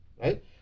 right